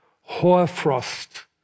hoarfrost